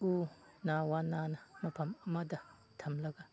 ꯎꯅꯥ ꯋꯅꯥꯅ ꯃꯐꯝ ꯑꯃꯗ ꯊꯝꯂꯒ